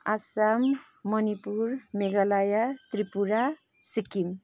Assam Manipur Meghalaya Tripura Sikkim